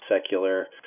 secular